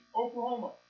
Oklahoma